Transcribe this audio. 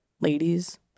ladies